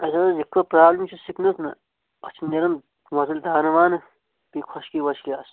اَسہِ حظ ٲس یِتھٕ پٲٹھۍ پرٛابلِم چھِ سِکنَس نا اَتھ چھِ نیرَن وۄزٕلۍ دانہٕ وانہٕ بیٚیہِ خۄشکی وۄشکی آسان